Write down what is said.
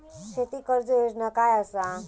शेती कर्ज योजना काय असा?